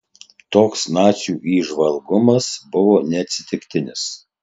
toks nacių įžvalgumas buvo neatsitiktinis